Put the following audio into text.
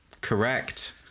Correct